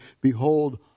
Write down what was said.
Behold